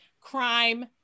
crime